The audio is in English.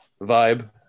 vibe